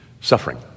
suffering